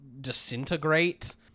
disintegrate